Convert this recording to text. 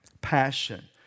passion